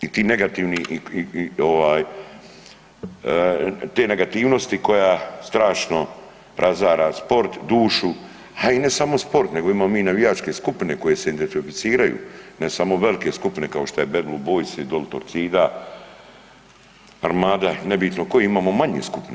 I ti negativni ovaj te negativnosti koje strašno razara sport, dušu, a i ne samo sport nego imamo i mi navijačke skupine koje se identificiraju, ne samo velike skupine kao što je Bed Blue Boys-i i dol Torcida, Armada nebitno koji imamo manje skupine.